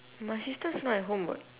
my sister also not at home [what]